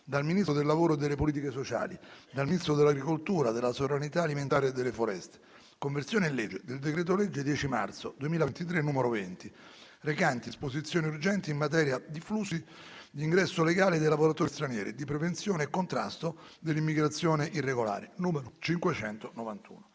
dal Ministro del lavoro e delle politiche sociali, dal Mi- nistro dell’agricoltura, della sovranità alimentare e delle foreste «Conversione in legge del decreto-legge 10 marzo 2023, n. 20, recante disposizioni urgenti in materia di flussi di ingresso legale dei lavoratori stranieri e di prevenzione e contrasto all’immigrazione irregolare» (591).